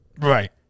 Right